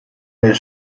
del